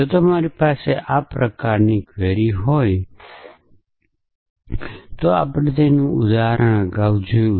જો તમારી પાસે આ પ્રકારની ક્વેરી હોય તો આપણે તેનું ઉદાહરણ અગાઉ જોયું